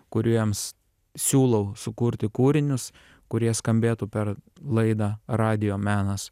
kuriems siūlau sukurti kūrinius kurie skambėtų per laidą radijo menas